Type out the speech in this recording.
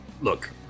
look